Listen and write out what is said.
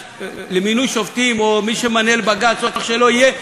למינוי שופטים או מי שמנהל בג"ץ או איך שלא יהיה,